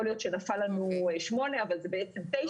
יכול להיות שנפל לנו שמונה אבל זה בעצם תשע.